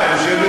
זה לא משנה.